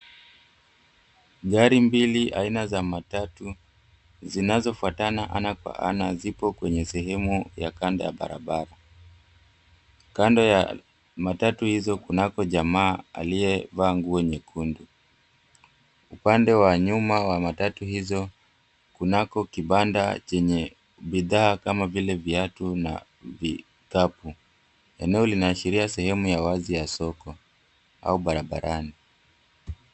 Gari mbili aina za matatu zinazo fuatana ana kwa ana zipo kwenye sehemu ya kando ya barabara. Kando ya matatu hizo, kunako jamaa aliyevaa nguo nyekundu, upande wa nyuma wa matatu hizo kunako kibanda chenye bidhaa kama vile viatu na idhabu, eneo inaashiria sehemu ya wazi ya soko au barabarani.